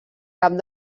cap